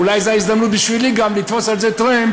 אולי זו גם ההזדמנות בשבילי לתפוס על זה טרמפ